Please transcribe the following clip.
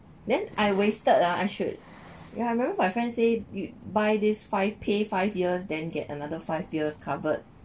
then I wasted ah I should ya I remember my friend say buy this five pay five years then get another five years covered